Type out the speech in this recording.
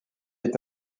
est